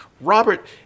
Robert